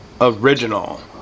Original